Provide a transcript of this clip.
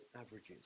averages